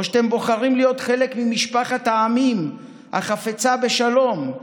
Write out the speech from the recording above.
או שאתם בוחרים להיות חלק ממשפחת העמים החפצה בשלום,